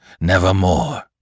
nevermore